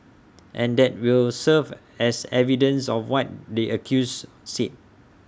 and that will serve as evidence of what the accused said